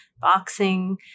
boxing